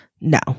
No